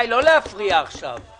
לפני תום 12 חודשים מיום שהוגשה הבקשה.